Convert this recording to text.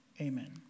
Amen